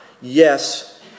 Yes